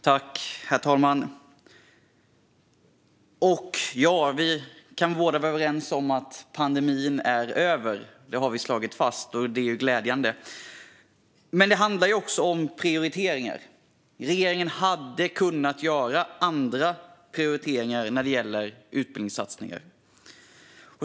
Herr talman! Vi kan vara överens om att pandemin är över. Det har man slagit fast, och det är glädjande. Men det handlar också om prioriteringar. Regeringen hade kunnat göra andra prioriteringar när det gäller utbildningssatsningar.